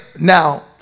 now